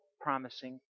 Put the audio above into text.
promising